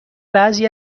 بعضی